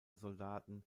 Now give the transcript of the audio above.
soldaten